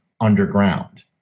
underground